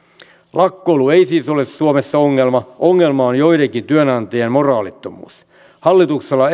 lakkoilu ei siis ole suomessa ongelma ongelma on joidenkin työnantajien moraalittomuus hallituksella